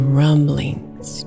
rumblings